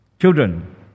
children